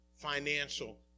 financial